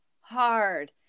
hard